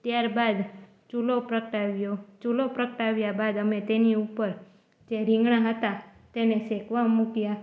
ત્યારબાદ ચૂલો પ્રગટાવ્યો ચૂલો પ્રગટાવ્યા બાદ અમે તેની ઉપર જે રીંગણા હતા તેને શેકવા મૂક્યા